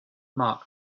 marc